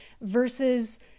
versus